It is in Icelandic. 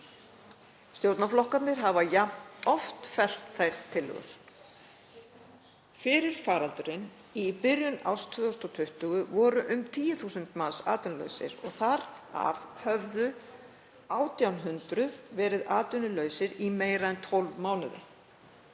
Stjórnarflokkarnir hafa jafn oft fellt þær tillögur. Fyrir faraldurinn, í byrjun árs 2020, voru um 10.000 manns atvinnulausir og þar af höfðu 1.800 verið atvinnulausir í meira en 12 mánuði.